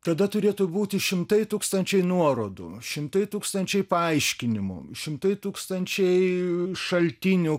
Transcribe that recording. tada turėtų būti šimtai tūkstančiai nuorodų šimtai tūkstančiai paaiškinimų šimtai tūkstančiai šaltinių